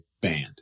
banned